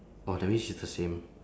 !wah! that means it's the same